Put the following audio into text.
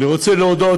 אני רוצה להודות,